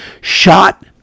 shot